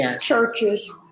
churches